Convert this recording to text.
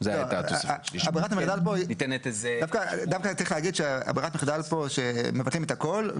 ברירת המחדל פה היא דווקא שמבטלים את הכל,